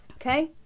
Okay